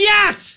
Yes